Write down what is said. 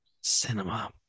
cinema